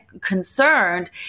concerned